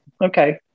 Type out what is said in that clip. Okay